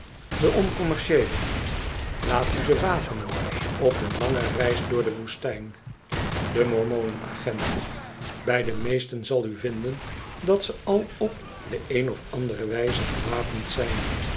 de oncommercieele laat u ze wapenen op hun lange reis door de woestijn de mormonen agent bij de meesten zal u vinden dat ze al op de een of andere wijze gewapend zijn